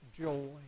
joy